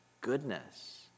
goodness